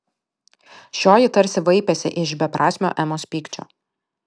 šioji tarsi vaipėsi iš beprasmio emos pykčio